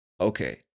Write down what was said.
Okay